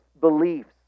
beliefs